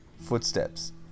Footsteps